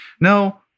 no